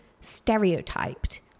stereotyped